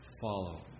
follow